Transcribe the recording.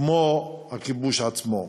כמו הכיבוש עצמו.